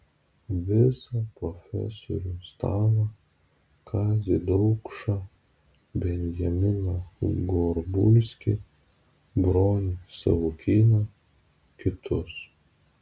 visą profesorių stalą kazį daukšą benjaminą gorbulskį bronį savukyną kitus